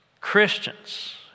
Christians